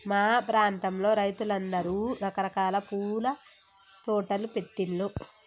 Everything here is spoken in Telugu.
మా ప్రాంతంలో రైతులందరూ రకరకాల పూల తోటలు పెట్టిన్లు